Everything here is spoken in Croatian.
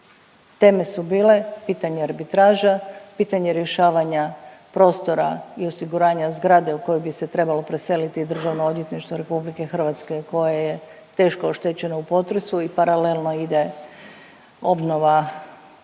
Teme su bile pitanje arbitraža, pitanje rješavanja prostora i osiguranja zgrade u kojoj bi se trebalo preseliti DORH koje je teško oštećeno u potresu i paralelno ide obnova dok